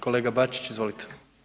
Kolega Bačić, izvolite.